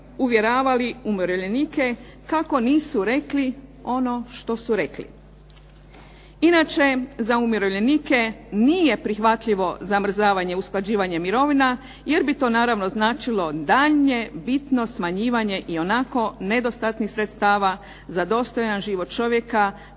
uvjeravali umirovljenike kako nisu rekli ono što su rekli. Inače, za umirovljenike nije prihvatljivo zamrzavanje i usklađivanje mirovina jer bi to naravno značilo daljnje bitno smanjivanje i onako nedostatnih sredstava za dostojan život čovjeka